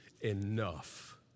enough